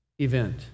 event